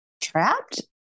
Trapped